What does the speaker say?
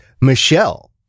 Michelle